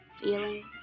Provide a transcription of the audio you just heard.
feeling